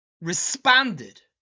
responded